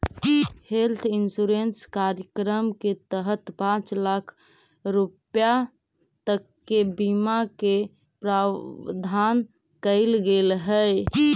health insurance कार्यक्रम के तहत पांच लाख रुपया तक के बीमा के प्रावधान कैल गेल हइ